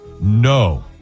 No